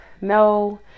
no